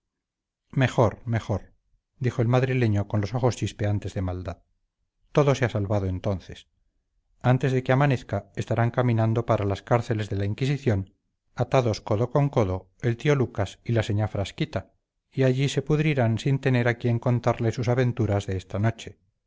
mejor mejor dijo el madrileño con los ojos chispeantes de maldad todo se ha salvado entonces antes de que amanezca estarán caminando para las cárceles de la inquisición atados codo con codo el tío lucas y la señá frasquita y allí se pudrirán sin tener a quien contarle sus aventuras de esta noche